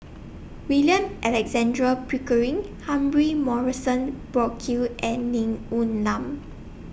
William Alexander Pickering Humphrey Morrison Burkill and Ning Woon Lam